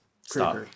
Stop